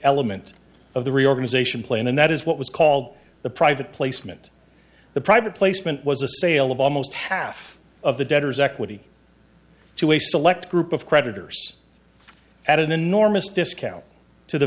element of the reorganization plan and that is what was called the private placement the private placement was a sale of almost half of the debtors equity to a select group of creditors at an enormous discount to the